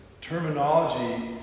terminology